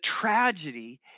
tragedy